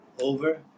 over